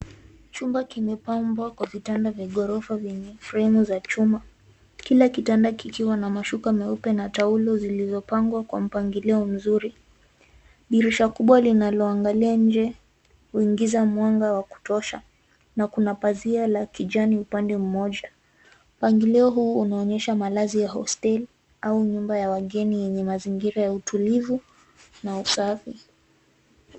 Nyumba imepambwa kwa vitanda vya gorofa vyenye fremu za chuma. Kila kitanda kikiwa na mashuka meupe na taulo zilizopangwa kwa mpangilio mzuri. Dirisha kubwa linaloangalia nje, likiingiza mwanga wa kutosha, na kuna pazia la kijani upande mmoja. Mpangilio huu unaonyesha malazi ya hosteli au nyumba ya wageni yenye mazingira ya utulivu na usafi.